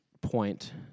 point